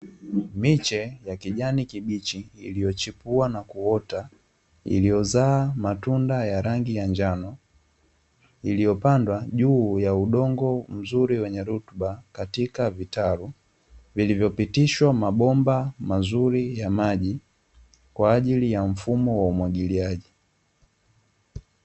Miche ya kijani kibichi iliyochipua na kuota, iliyozaa matunda ya rangi ya njano, iliyopandwa juu ya udongo mzuri wenye rutuba katika vitalu, vilivyopitishwa mabomba mazuri ya maji kwa ajili ya mfumo wa umwagiliaji.